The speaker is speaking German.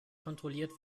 kontrolliert